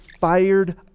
fired